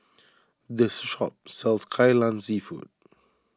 this shop sells Kai Lan Seafood